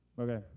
Okay